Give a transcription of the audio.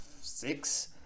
six